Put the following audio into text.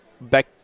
back